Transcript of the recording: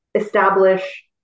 Establish